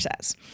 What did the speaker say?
says